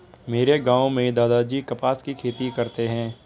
मेरे गांव में दादाजी कपास की खेती करते हैं